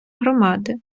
громади